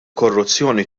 korruzzjoni